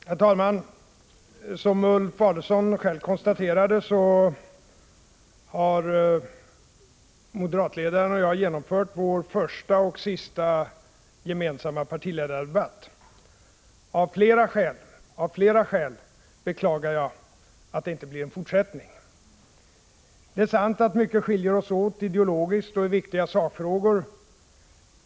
Herr talman! Som Ulf Adelsohn själv konstaterade har moderatledaren och jag nu genomfört vår första och sista gemensamma partiledardebatt. Av flera skäl beklagar jag att det inte blir en fortsättning. Det är sant att mycket skiljer oss åt ideologiskt och i viktiga sakfrågor.